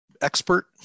expert